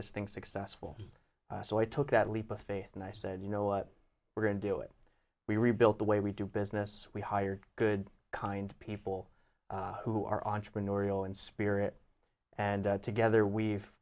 this thing successful so i took that leap of faith and i said you know what we're going to do it we rebuilt the way we do business we hire good kind people who are entrepreneurial in spirit and together we've